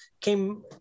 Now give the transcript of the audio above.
came